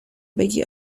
بگی